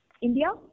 India